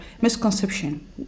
misconception